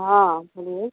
हाँ बोलिए